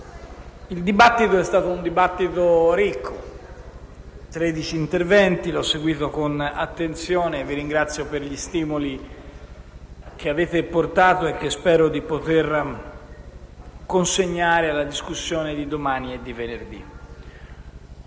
il dibattito è stato ricco, con tredici interventi. L'ho seguito con attenzione e vi ringrazio per gli stimoli che avete portato e che spero di poter consegnare alla discussione di domani e di venerdì.